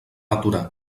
aturar